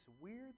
weird